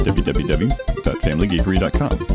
www.familygeekery.com